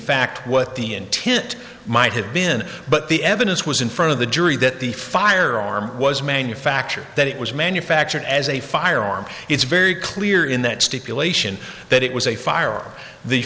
fact what the intent might have been but the evidence was in front of the jury that the firearm was manufactured that it was manufactured as a firearm it's very clear in that stipulation that it was a fire